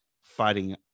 fighting